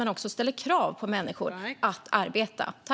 Vi ställer också krav på människor att arbeta.